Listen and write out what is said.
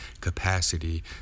capacity